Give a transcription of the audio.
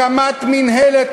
הקמת מינהלת,